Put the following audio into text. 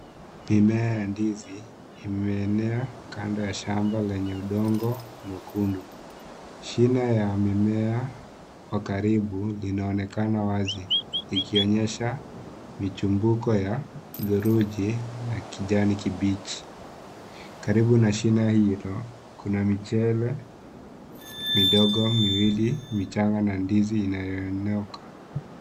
Mimea ya ndizi, imeenea kando ya shamba, lenye udongo mwekundu. Shine ya mimea kwa karibu, inaonekana wazi. Ikionyesha mijimbuko ya thuluji na kijani kibichi. Karibu na shine hilo, kuna michele midogo miwili michanga na ndizi inayoonyoka.